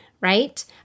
right